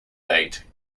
date